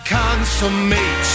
consummate